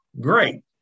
great